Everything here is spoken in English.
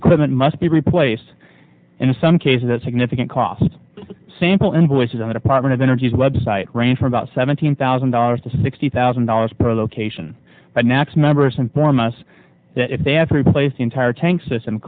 equipment must be replaced in some cases significant costs sample invoices and a department of energy's web site ran for about seventeen thousand dollars to sixty thousand dollars per location but next members inform us that if they have to replace the entire tank system